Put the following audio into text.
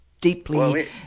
deeply